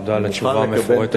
תודה על התשובה המפורטת.